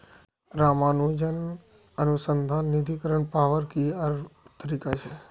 रामानुजन अनुसंधान निधीकरण पावार की तरीका छे